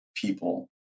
people